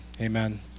Amen